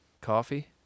coffee